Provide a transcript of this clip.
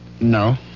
No